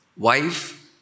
Wife